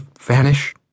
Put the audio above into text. vanish